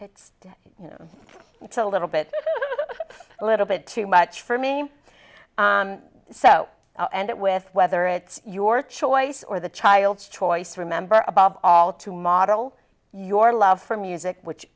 know it's a little bit a little bit too much for me so i'll end it with whether it's your choice or the child's choice remember above all to model your love for music which